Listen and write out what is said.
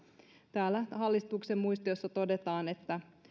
täällä hallituksen muistiossa todetaan että